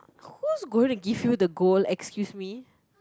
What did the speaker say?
whose going to give you the gold excuse me